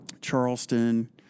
Charleston